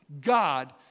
God